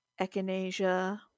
echinacea